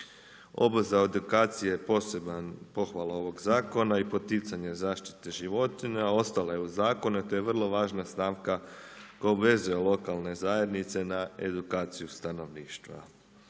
Obveza edukacije posebna pohvala ovog zakona i poticanje zaštite životinja ostale je uz zakone te je vrlo važna stavka koja obvezuje lokalne zajednice na edukaciju stanovništva.